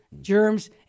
germs